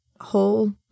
whole